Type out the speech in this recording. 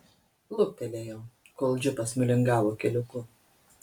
luktelėjau kol džipas nulingavo keliuku